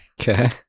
Okay